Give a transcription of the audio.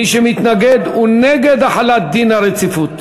מי שמתנגד הוא נגד החלת דין הרציפות.